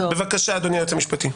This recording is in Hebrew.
בבקשה, אדוני היועץ המשפטי.